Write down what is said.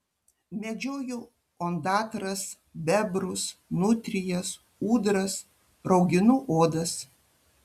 medžioju ondatras bebrus nutrijas ūdras rauginu odas